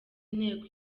inteko